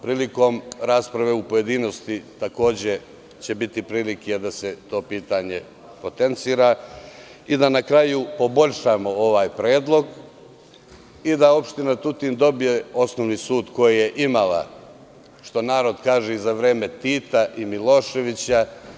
Prilikom rasprave u pojedinostima takođe će biti prilike da se to pitanje potencira i da na kraju poboljšamo ovaj predlog, da opština Tutin dobije osnovni sud koji je imala, što narod kaže, i za vreme Tita i Miloševića.